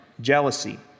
jealousy